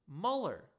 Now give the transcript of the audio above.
Mueller